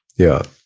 yeah.